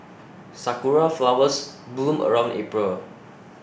sakura flowers bloom around April